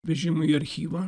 vežimui į archyvą